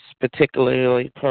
particularly